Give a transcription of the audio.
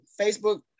Facebook